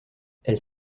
elle